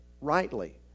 rightly